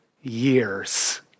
years